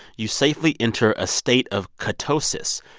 you safely enter a state of ketosis,